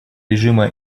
режима